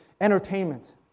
entertainment